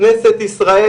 כנסת ישראל